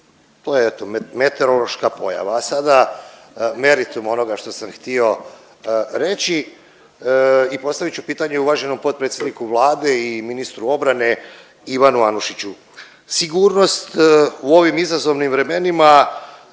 to je eto meteorološka pojava. A sada meritum onoga što sam htio reći i postavit ću pitanje uvaženom potpredsjedniku Vlade i ministru obrane Ivanu Anušiću. Sigurnost u ovim izazovnim vremenima